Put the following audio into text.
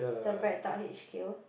the BreadTalk H_Q